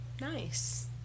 nice